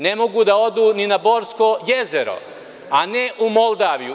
Ne mogu da odu ni na Borsko jezero, a ne u Moldaviju.